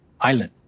island